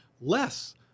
less